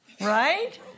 Right